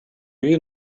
you